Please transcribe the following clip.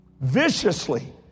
viciously